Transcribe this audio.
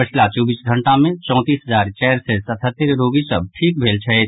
पछिला चौबीस घंटा मे चौंतीस हजार चारि सय सतहत्तरि रोगी ठीक भेल छथि